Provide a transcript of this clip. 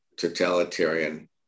totalitarian